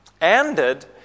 ended